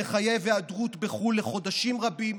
שמחייב היעדרות בחו"ל לחודשים רבים.